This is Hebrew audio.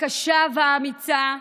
הקשה והאמיצה,